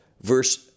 verse